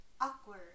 Awkward